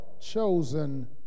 chosen